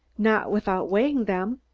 not without weighing them.